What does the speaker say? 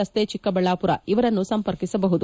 ರಸ್ತೆ ಚಿಕ್ಕಬಳ್ಳಾಪುರ ಇವರನ್ನು ಸಂಪರ್ಕಿಸಬಹುದಾಗಿದೆ